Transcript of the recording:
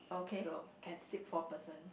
so can sleep four person